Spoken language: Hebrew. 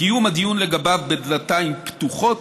וקיום הדיון לגביו בדלתיים פתוחות.